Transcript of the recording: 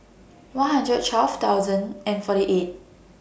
one hundred twelve thousand and forty eight